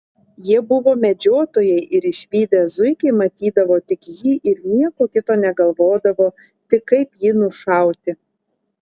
jie buvo medžiotojai ir išvydę zuikį matydavo tik jį ir nieko kito negalvodavo tik kaip jį nušauti